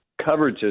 coverages